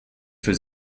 für